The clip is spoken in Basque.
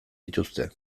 dituzte